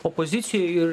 opozicijoj ir